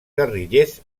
guerrillers